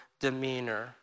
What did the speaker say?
demeanor